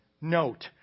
note